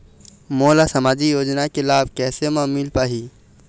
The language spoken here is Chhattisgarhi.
मोला सामाजिक योजना के लाभ कैसे म मिल पाही?